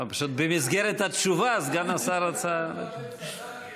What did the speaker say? במסגרת התשובה סגן השר רצה, כבל צדק אתמול,